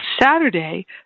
Saturday